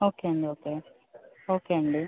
okay అండి okay okay అండి